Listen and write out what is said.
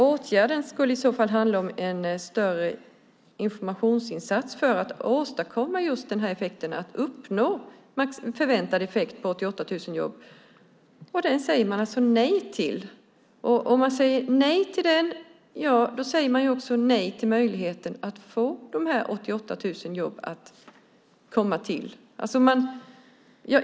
Åtgärden skulle i så fall handla om en större informationsinsats för att just uppnå en förväntad effekt på 88 000 jobb. Den säger man alltså nej till. Om man säger nej till den säger man också nej till möjligheten att åstadkomma dessa 88 000 jobb.